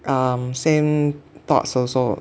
um same thoughts also